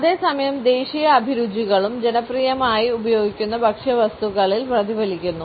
അതേസമയം ദേശീയ അഭിരുചികളും ജനപ്രിയമായി ഉപയോഗിക്കുന്ന ഭക്ഷ്യവസ്തുക്കളിൽ പ്രതിഫലിക്കുന്നു